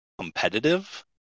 competitive